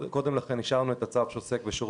בישיבה הקודמת אישרנו את הצו שעוסק בשירות